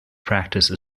practice